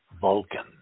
Vulcan